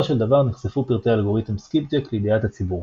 של דבר נחשפו פרטי אלגוריתם סקיפג'ק לידיעת הציבור.